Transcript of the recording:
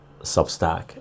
Substack